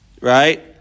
right